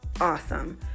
awesome